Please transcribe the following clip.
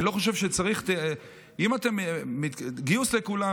אני לא חושב שצריך גיוס לכולם,